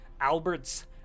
Albert's